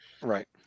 right